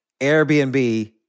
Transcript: Airbnb